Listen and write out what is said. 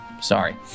Sorry